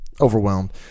overwhelmed